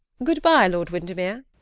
good-bye, lord windermere.